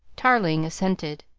tarling assented.